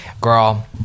girl